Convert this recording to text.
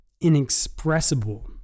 inexpressible